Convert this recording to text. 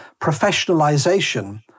professionalization